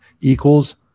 equals